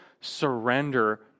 surrender